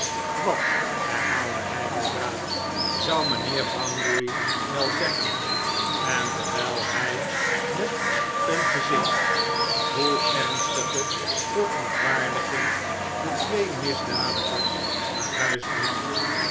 wat herhaalde hij weldra zou mijnheer bounderby wel zeggen en terwijl hij met een gezicht vol ernstige verontwaardiging de twee misdadigers naar huis bracht